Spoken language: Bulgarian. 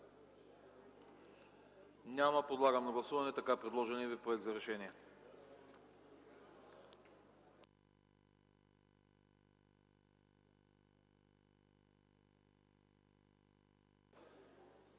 Няма. Подлагам на гласуване така предложеният ви Проект за решение.